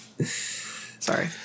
Sorry